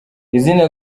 izina